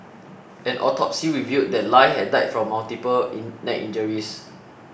an autopsy revealed that Lie had died from multiple in neck injuries